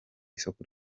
isoko